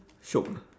shiok lah